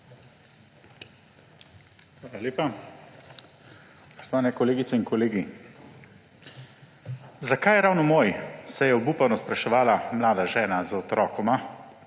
Hvala lepa. Spoštovane kolegice in kolegi! »Zakaj ravno moj«, se je obupano spraševala mlada žena z otrokoma